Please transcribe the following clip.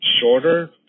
shorter